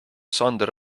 sander